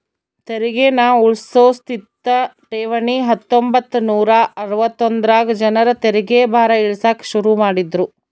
ತೆರಿಗೇನ ಉಳ್ಸೋ ಸ್ಥಿತ ಠೇವಣಿ ಹತ್ತೊಂಬತ್ ನೂರಾ ಅರವತ್ತೊಂದರಾಗ ಜನರ ತೆರಿಗೆ ಭಾರ ಇಳಿಸಾಕ ಶುರು ಮಾಡಿದ್ರು